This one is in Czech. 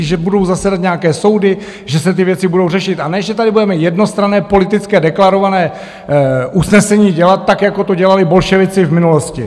že budou zasedat nějaké soudy, že se ty věci budou řešit, a ne že tady budeme jednostranné politické deklarované usnesení dělat, tak jako to dělali bolševici v minulosti!